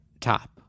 top